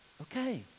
Okay